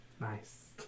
Nice